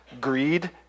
greed